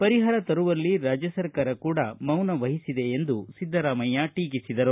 ಪರಿಹಾರ ತರುವಲ್ಲಿ ರಾಜ್ಯ ಸರ್ಕಾರ ಕೂಡಾ ಮೌನ ವಹಿಸಿದೆ ಎಂದು ಸಿದ್ದರಾಮಯ್ಯ ಟೀಕಿಸಿದರು